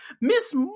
miss